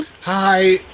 Hi